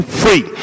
free